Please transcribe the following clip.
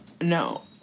No